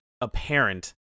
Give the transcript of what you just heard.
apparent